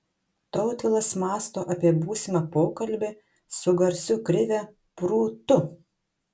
tautvilas mąsto apie būsimą pokalbį su garsiu krive prūtu